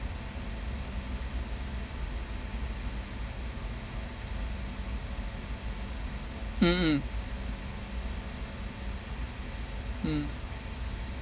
mmhmm mm